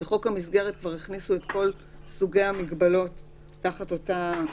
ובחוק המסגרת כבר הכניסו את כל סוגי המגבלות תחת אותה כותרת.